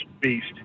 beast